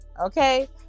okay